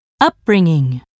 upbringing